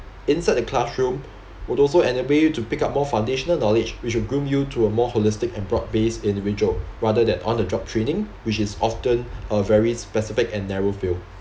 inside the classroom would also enable you to pick up more foundational knowledge which should groom you to a more holistic and broad based individual rather than on the job training which is often a very specific and narrow field